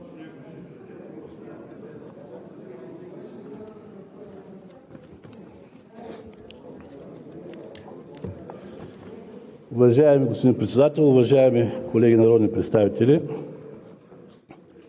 Уважаеми господин Председател, уважаеми народни представители!